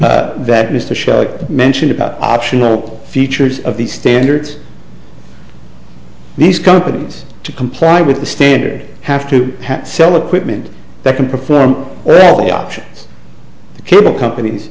show mentioned about optional features of the standards these companies to comply with the standard have to sell equipment that can perform all the options the cable companies